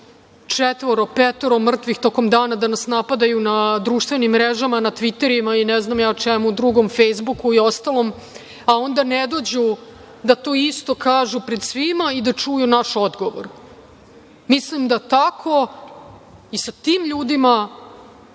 četvoro, petoro mrtvih tokom dana, da nas napadaju na društvenim mrežama, na tviterima i ne znam čemu drugom, „fejsbuku“ i ostalom, a onda ne dođu da to isto kažu pred svima i da čuju naš odgovor. Tako i sa tim ljudima